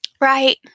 Right